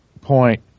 point